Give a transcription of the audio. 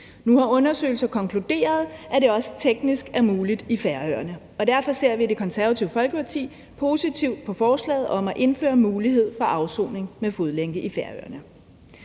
Nu har undersøgelser konkluderet, at det også teknisk er muligt i Færøerne, og derfor ser vi i Det Konservative Folkeparti positivt på forslaget om at indføre mulighed for afsoning med fodlænke i Færøerne.